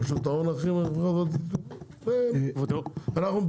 רשות ההון אחראים על --- אנחנו מדברים,